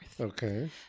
Okay